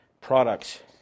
products